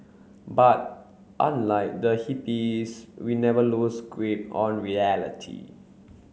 but unlike the hippies we never lose grip on reality